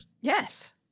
Yes